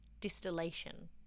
Distillation